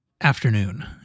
afternoon